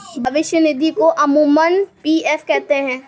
भविष्य निधि को अमूमन पी.एफ कहते हैं